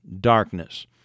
darkness